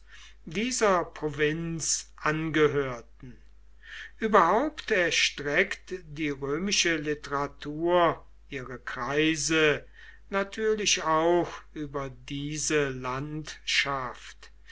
dieser provinz angehörten überhaupt erstreckt die römische literatur ihre kreise natürlich auch über diese landschaft